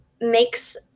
makes